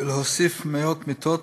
ולהוסיף מאות מיטות